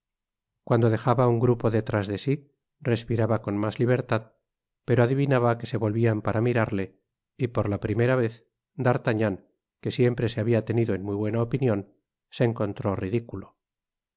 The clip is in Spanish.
cuando dejaba un grupo detrás de si respiraba con mas libertad pero adivinaba que se volvian para mirarle y por la vez primera d'artagnan que siempre se habia tenido en muy buena opinion se encontró ridiculo